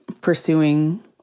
pursuing